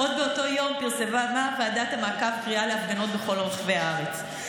עוד באותו יום פרסמה ועדת המעקב קריאה להפגנות בכל רחבי הארץ.